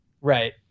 Right